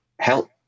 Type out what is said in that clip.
help